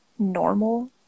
normal